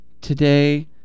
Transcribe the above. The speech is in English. Today